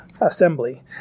assembly